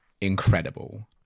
incredible